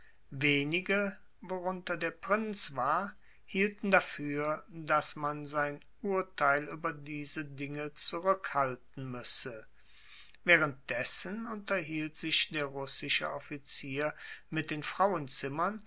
wenige worunter der prinz war hielten dafür daß man sein urteil über diese dinge zurückhalten müsse währenddessen unterhielt sich der russische offizier mit den frauenzimmern